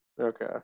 okay